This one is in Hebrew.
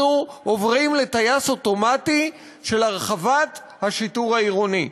אנחנו עוברים לטייס אוטומטי של הרחבת השיטור העירוני.